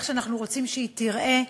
איך שאנחנו רוצים שהיא תיראה,